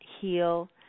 heal